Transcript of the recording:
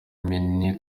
mini